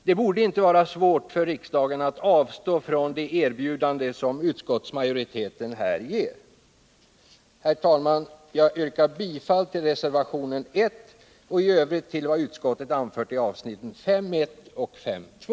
Det borde inte vara svårt för riksdagen att avstå från det erbjudande som utskottsmajoriteten här gör. Herr talman! Jag yrkar bifall till reservationen 1 och i övrigt till vad utskottet anfört i avsnitten 5.1 och 5.2.